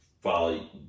follow